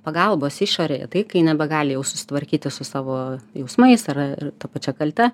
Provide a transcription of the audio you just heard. pagalbos išorėje taip kai nebegalėjau susitvarkyti su savo jausmais ar ar ta pačia kalte